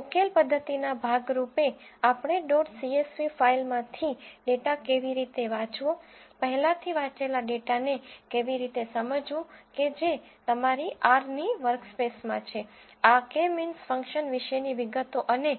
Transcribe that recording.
ઉકેલ પદ્ધતિના ભાગ રૂપે આપણે ડોટ સીએસવી ફાઇલમાંથી ડેટા કેવી રીતે વાંચવો પહેલાથી વાંચેલા ડેટાને કેવી રીતે સમજવું કે જે તમારી R ની વર્કસ્પેસ માં છે આ કે મીન્સ ફંક્શન વિશેની વિગતો અને